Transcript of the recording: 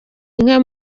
inka